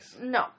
No